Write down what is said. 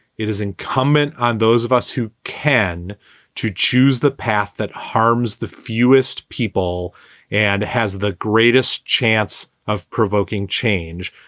it is incumbent on those of us who can to choose the path that harms the fewest people and has the greatest chance of provoking change,